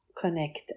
connect